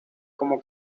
como